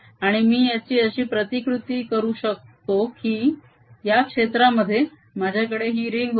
आणि मी याची अशी प्रतिकृती करू शकतो की या क्षेत्रामध्ये माझ्याकडे ही रिंग होती